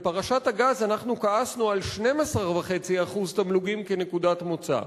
בפרשת הגז כעסנו על 12.5% תמלוגים כנקודת מוצא,